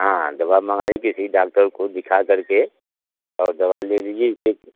हाँ दवा मंगाइए किसी डाक्टर को दिखाकर के और दवा ले लीजिए इसे